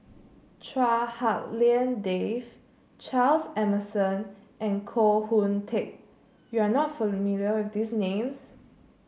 Chua Hak Lien Dave Charles Emmerson and Koh Hoon Teck you are not familiar with these names